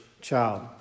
child